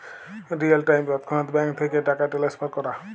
real time তৎক্ষণাৎ bank থ্যাইকে টাকা টেলেসফার ক্যরা